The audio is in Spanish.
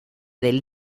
del